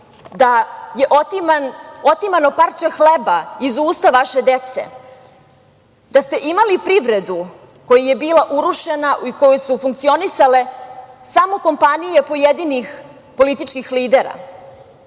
da je otimano parče hleba iz usta vaše dece, da ste imali privredu koja je bila urušena i u kojoj su funkcionisale samo kompanije pojedinih političkih lidera.